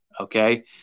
okay